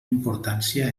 importància